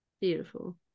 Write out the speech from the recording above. Beautiful